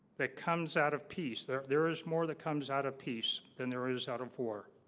that comes out of peace there there is more that comes out of peace than there is out of war